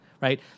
right